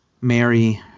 Mary